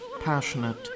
passionate